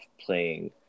playing